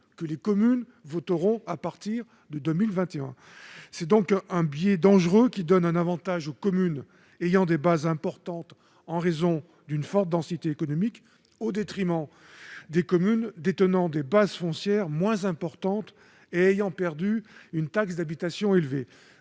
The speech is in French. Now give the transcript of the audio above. que les communes voteront à partir de 2021. C'est un biais dangereux, qui donne un avantage aux communes ayant des bases importantes grâce à une forte densité économique, au détriment des communes détenant des bases foncières moins importantes et ayant perdu une taxe d'habitation élevée.